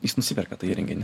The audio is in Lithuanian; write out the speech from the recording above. jis nusiperka tą įrenginį